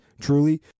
truly